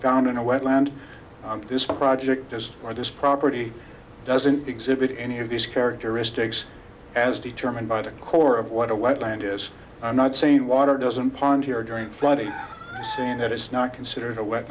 found in a wetland on this project has or this property doesn't exhibit any of these characteristics as determined by the core of what a wetland is i'm not saying water doesn't pond here during flooding saying that it's not considered a wet